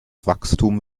wachstum